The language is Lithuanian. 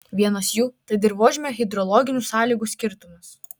vienas jų tai dirvožemio hidrologinių sąlygų skirtumas